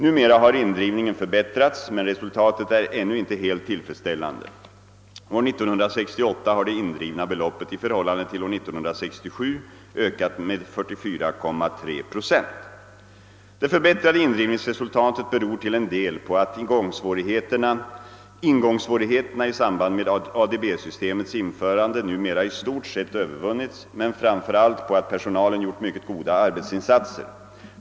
Numera har indrivningen förbättrats, men resultatet är ännu inte helt tillfredsställande. År 1968 har det indrivna beloppet i förhållande till år 1967 ökat med 44,3 procent. Det förbättrade indrivningsresultatet beror till en del på att ingångssvårig heterna i samband med ADB-systemets införande numera i stort sett övervunnits men framför allt på att personalen gjort mycket goda arbetsinsatser.